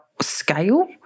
scale